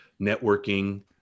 networking